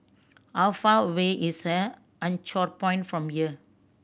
how far away is a Anchorpoint from here